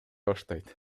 баштайт